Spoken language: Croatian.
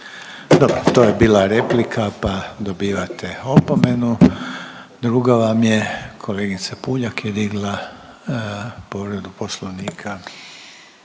Dobro, to je bila replika pa dobivate opomenu. Druga vam je. Kolegica Puljak je digla povredu poslovnika.